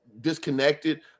disconnected